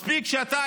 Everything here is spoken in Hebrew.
מספיק שאתה,